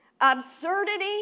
absurdity